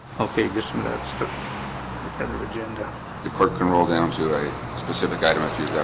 okay, just some of that stuff in the header of agenda the clerk can roll down to a specific item a fuse